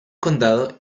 condado